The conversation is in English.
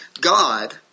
God